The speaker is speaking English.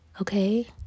Okay